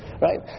right